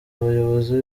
abayobozi